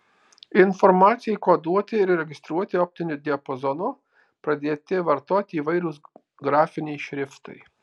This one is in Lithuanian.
informacijai koduoti ir registruoti optiniu diapazonu pradėti vartoti įvairūs grafiniai šriftai